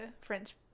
french